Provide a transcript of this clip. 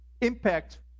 impact